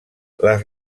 les